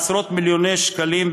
בעשרות-מיליוני שקלים,